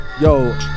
yo